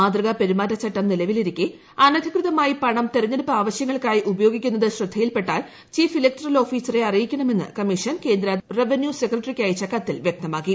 മാതൃകാ പെരുമാറ്റചട്ടം ് നിലവിലിരിക്കെ അനധികൃതമായി പണം തെരഞ്ഞെടുപ്പ് ആവശ്യങ്ങൾക്കായി ഉപയോഗിക്കുന്നത് ശ്രദ്ധയിൽപെട്ടാൽ ചീഫ് ഇലക്ടറൽ ഓഫീസറെ അറിയിക്കണമെന്ന് കമ്മീഷൻ കേന്ദ്ര റവന്യു സെക്രട്ടറിക്കയച്ച കത്തിൽ വ്യക്തമാക്കി